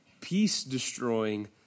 peace-destroying